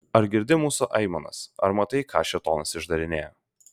ar girdi mūsų aimanas ar matai ką šėtonas išdarinėja